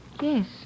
Yes